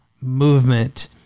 movement